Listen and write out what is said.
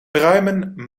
pruimen